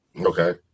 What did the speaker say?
Okay